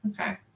Okay